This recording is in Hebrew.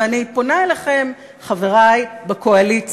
ואני פונה אליכם, חברי בקואליציה,